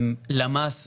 למ"ס,